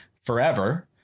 forever